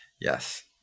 Yes